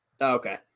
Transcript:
Okay